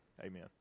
Amen